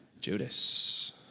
Judas